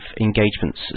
engagements